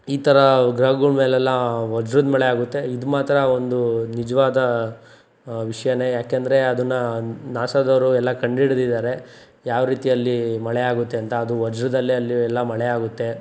ಈ ಥರ ಗ್ರಹಗಳ ಮೇಲೆಲ್ಲ ವಜ್ರದ ಮಳೆ ಆಗುತ್ತೆ ಇದು ಮಾತ್ರ ಒಂದು ನಿಜವಾದ ವಿಷ್ಯಾನೆ ಯಾಕೆಂದ್ರೆ ಅದನ್ನು ನಾಸಾದವರು ಎಲ್ಲ ಕಂಡಿಡ್ದಿದ್ದಾರೆ ಯಾವ ರೀತಿ ಅಲ್ಲಿ ಮಳೆ ಆಗುತ್ತೆ ಅಂತ ಅದು ವಜ್ರದಲ್ಲೆ ಅಲ್ಲೂ ಎಲ್ಲ ಮಳೆ ಆಗುತ್ತೆ